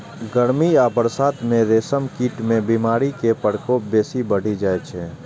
गर्मी आ बरसात मे रेशम कीट मे बीमारी के प्रकोप बेसी बढ़ि जाइ छै